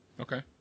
Okay